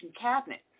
cabinet